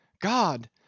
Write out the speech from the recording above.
God